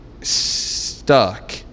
stuck